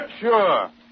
Sure